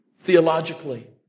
theologically